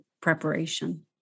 preparation